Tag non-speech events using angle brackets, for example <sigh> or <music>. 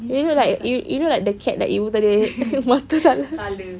you look like you look like the cat that ibu tadi <laughs> mata salah